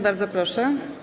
Bardzo proszę.